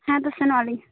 ᱦᱮᱛᱚ ᱥᱮᱱᱚᱜ ᱟᱹᱞᱤᱧ